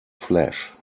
flesh